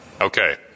Okay